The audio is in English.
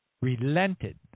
relented